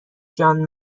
جان